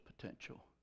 potential